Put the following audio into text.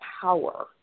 power